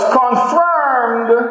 confirmed